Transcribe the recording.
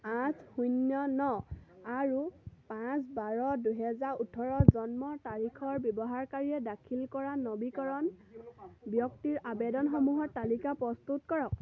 আঠ শূন্য ন আৰু পাঁচ বাৰ দুহেজাৰ ওঠৰ জন্মৰ তাৰিখৰ ব্যৱহাৰকাৰীয়ে দাখিল কৰা নবীকৰণ বৃত্তিৰ আবেদনসমূহৰ তালিকা প্ৰস্তুত কৰক